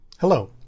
Hello